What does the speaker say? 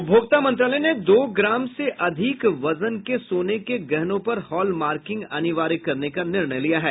उपभोक्ता मंत्रालय ने दो ग्राम से अधिक वजन के सोने के गहनों पर हॉलमार्किंग अनिवार्य करने का निर्णय लिया है